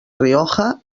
rioja